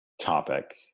topic